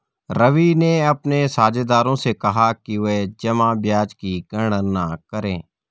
रवि ने अपने साझेदारों से कहा कि वे जमा ब्याज की गणना करें